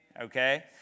Okay